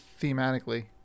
thematically